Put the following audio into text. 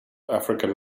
african